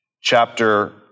chapter